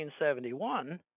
1971